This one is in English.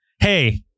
Hey